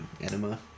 Enema